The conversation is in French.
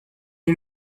est